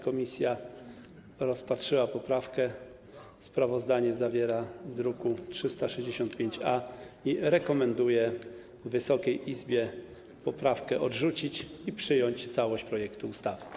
Komisja rozpatrzyła poprawkę, sprawozdanie zawiera w druku nr 365-A i rekomenduje Wysokiej Izbie poprawkę odrzucić i przyjąć całość projektu ustawy.